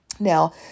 Now